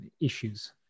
issues